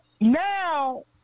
now